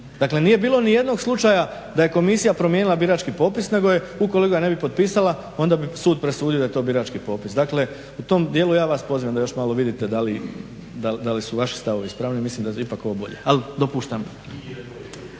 Dakle, nije bilo nijednog slučaja da je komisija promijenila birački popis nego ukoliko ga ne bi potpisala onda bi sud presudio da je to birački popis. Dakle, u tom dijelu ja vas pozivam da još malo vidite da li su vaši stavovi ispravni. Mislim da je ipak ovo bolje, ali dopuštam.